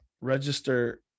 register